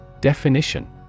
Definition